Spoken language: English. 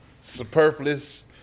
Superfluous